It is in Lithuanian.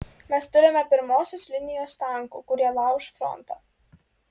mes turime pirmosios linijos tankų kurie lauš frontą